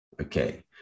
Okay